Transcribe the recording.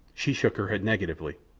she shook her head negatively.